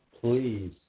please